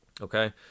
Okay